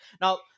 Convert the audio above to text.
Now